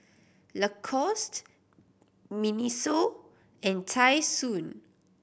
Lacoste MINISO and Tai Sun